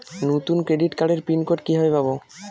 নতুন ক্রেডিট কার্ডের pin code কিভাবে পাব?